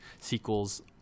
sequels